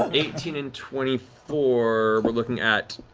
ah eighteen, twenty four. we're looking at